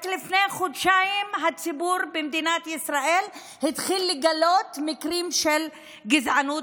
רק לפני חודשיים הציבור במדינת ישראל התחיל לגלות מקרים של גזענות.